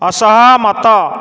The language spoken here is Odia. ଅସହମତ